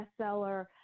bestseller